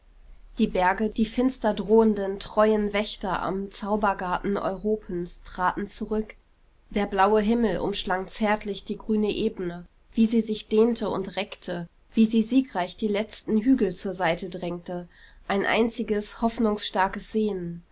die berge die finster drohenden treuen wächter am zaubergarten europens traten zurück der blaue himmel umschlang zärtlich die grüne ebene wie sie sich dehnte und reckte wie sie siegreich die letzten hügel zur seite drängte ein einziges hoffnungsstarkes sehnen